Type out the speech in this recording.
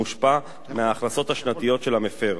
המושפע מההכנסות השנתיות של המפר.